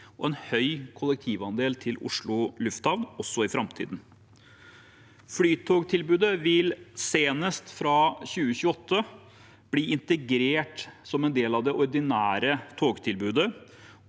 og en høy kollektivandel til Oslo lufthavn også i framtiden. Flytogtilbudet vil senest fra 2028 bli integrert som en del av det ordinære togtilbudet,